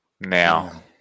now